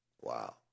Wow